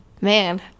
Man